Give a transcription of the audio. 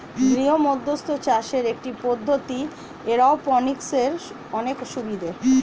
গৃহমধ্যস্থ চাষের একটি পদ্ধতি, এরওপনিক্সের অনেক সুবিধা